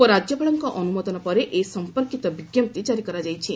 ଉପରାଜ୍ୟପାଳଙ୍କ ଅନୁମୋଦନ ପରେ ଏ ସମ୍ପର୍କିତ ବିଜ୍ଞପ୍ତି କାରି କରାଯାଇଛି